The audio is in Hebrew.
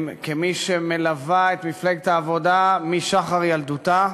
כמי שמלווה את מפלגת העבודה משחר ילדותה,